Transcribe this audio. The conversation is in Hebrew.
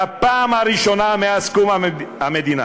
בפעם הראשונה מאז קום המדינה